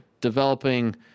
developing